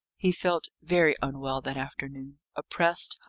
he felt very unwell that afternoon oppressed,